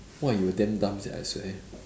!wah! you were damn dumb sia I swear